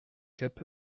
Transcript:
cap